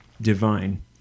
divine